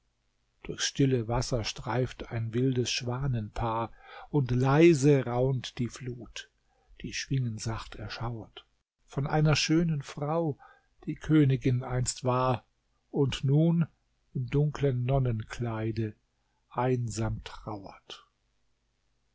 durchs stille wasser streift ein wildes schwanenpaar und leise raunt die flut die schwingensacht erschauert von einer schönen frau die königin einst war und nun im dunklen nonnenkleide einsam trauert